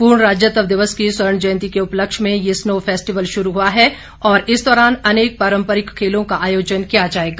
पूर्ण राज्यत्व दिवस की स्वर्णजयंती के उपलक्ष्य में ये स्नो फैस्टिवल शुरू हुआ है और इस दौरान अनेक पारम्परिक खेलों का आयोजन किया जाएगा